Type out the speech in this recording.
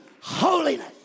holiness